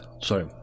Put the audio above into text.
Sorry